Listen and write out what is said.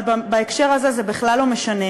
אבל בהקשר הזה זה בכלל לא משנה,